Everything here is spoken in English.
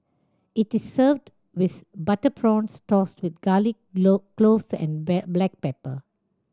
it is served with butter prawns tossed with garlic cloves and black pepper